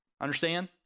Understand